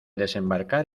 desembarcar